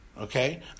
okay